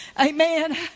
Amen